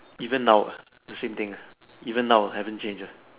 even now uh the same thing uh even now haven't change ah